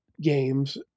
games